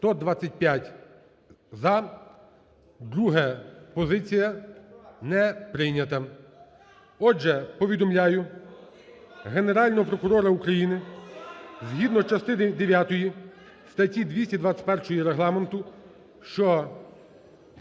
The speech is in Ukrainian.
За-125 Друга позиція не прийнята. Отже, повідомляю Генерального прокурора України, згідно частини дев'ятої статті 221 Регламенту, що